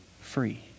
free